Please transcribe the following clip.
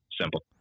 simple